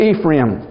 Ephraim